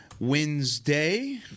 Wednesday